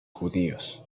judíos